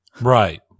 Right